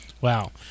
Wow